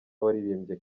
waririmbye